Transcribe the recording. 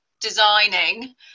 designing